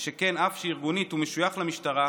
שכן אף שארגונית הוא משויך למשטרה,